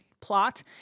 plot